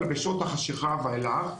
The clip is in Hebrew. אלא בשעות החשכה ואילך.